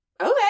okay